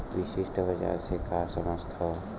विशिष्ट बजार से का समझथव?